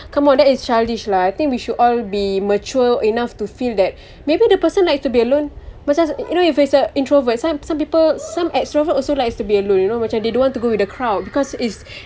come on that is childish lah I think we should all be mature enough to feel that maybe the person like to be alone because you know if he's an introvert because some people some extrovert also likes to be alone you know macam they don't want to go with the crowd cause it's